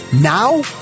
Now